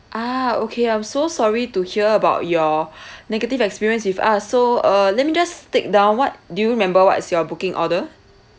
ah okay I'm so sorry to hear about your negative experience with us so uh let me just take down what do you remember what is your booking order